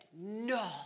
No